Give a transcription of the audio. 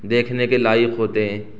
دیکھنے کے لائق ہوتے ہیں